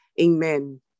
Amen